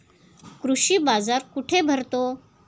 कृषी बाजार कुठे भरतो?